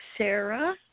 Sarah